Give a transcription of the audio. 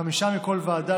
חמישה מכל ועדה,